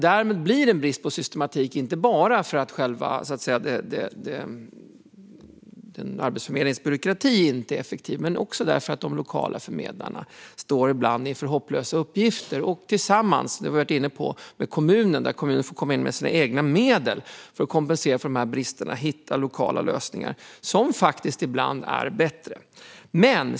Därmed blir det en brist på systematik, inte bara därför att Arbetsförmedlingens byråkrati inte är effektiv utan också därför att de lokala förmedlarna ibland står inför hopplösa uppgifter där kommunen - detta har vi varit inne på - får komma in med egna medel för att kompensera bristerna och hitta lokala lösningar som faktiskt ibland är bättre.